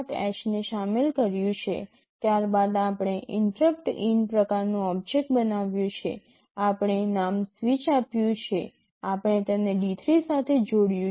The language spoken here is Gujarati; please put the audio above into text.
h ને શામેલ કર્યું છે ત્યારબાદ આપણે InterruptIn પ્રકારનું ઓબ્જેક્ટ બનાવ્યું છે આપણે નામ સ્વીચ આપ્યું છે આપણે તેને D3 સાથે જોડ્યું છે